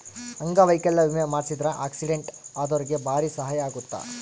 ಅಂಗವೈಕಲ್ಯ ವಿಮೆ ಮಾಡ್ಸಿದ್ರ ಆಕ್ಸಿಡೆಂಟ್ ಅದೊರ್ಗೆ ಬಾರಿ ಸಹಾಯ ಅಗುತ್ತ